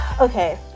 Okay